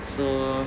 so